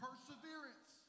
perseverance